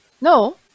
No